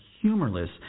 humorless